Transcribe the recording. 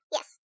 Yes